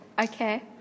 Okay